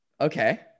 Okay